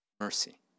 Mercy